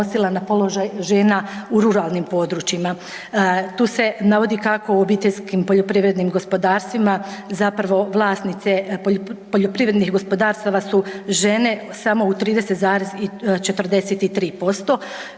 na položaj žena u ruralnim područjima. Tu se navodi kako u obiteljskim poljoprivrednim gospodarstvima zapravo vlasnice poljoprivrednih gospodarstava su žene samo u 30,43%